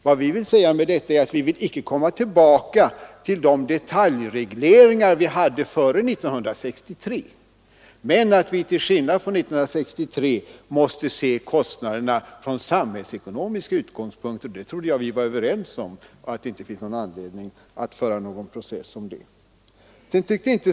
Vad vi vill säga med detta är att vi icke vill komma tillbaka till de detaljregleringar som fanns före 1963 men att till skillnad från beslutet 1963 kostnaderna måste bedömas från samhällsekonomisk utgångspunkt. Jag trodde att det rådde enighet om detta och att det alltså inte finns anledning att föra någon process om det.